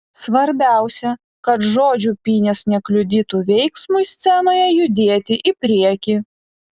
svarbiausia kad žodžių pynės nekliudytų veiksmui scenoje judėti į priekį